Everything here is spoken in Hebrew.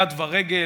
יד ורגל,